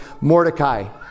Mordecai